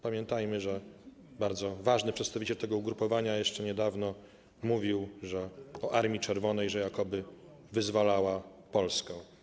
Pamiętajmy, że bardzo ważny przedstawiciel tego ugrupowania jeszcze niedawno mówił o Armii Czerwonej, że jakoby wyzwalała Polskę.